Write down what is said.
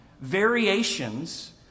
variations